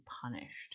punished